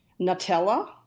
Nutella